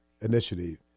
Initiative